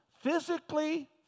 physically